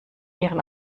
ihren